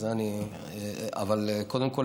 אבל קודם כול,